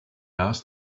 asked